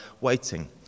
waiting